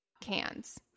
cans